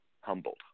humbled